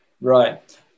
Right